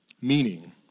Meaning